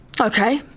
Okay